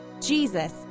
Jesus